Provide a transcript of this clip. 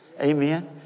Amen